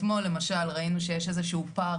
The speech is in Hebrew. אתמול למשל ראינו שיש איזה שהוא פער